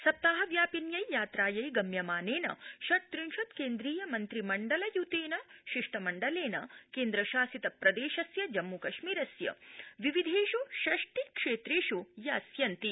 सप्ताहव्यापिन्यै यात्रायै गम्यमानेन ष प्रिंशत् केन्द्रीय मन्त्रिमण्डल युतेन शिष्ट्रिण्डलेन केन्द्रशासित प्रदेशस्य जम्मुकश्मीरस्य विविधेष् षष्टि क्षेत्रेष् यास्यन्ति